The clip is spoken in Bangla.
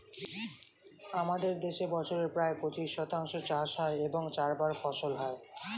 আমাদের দেশে বছরে প্রায় পঁচিশ শতাংশ চাষ হয় এবং চারবার ফসল হয়